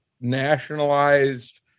nationalized